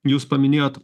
jūs paminėjot